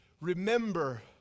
remember